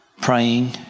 praying